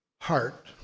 heart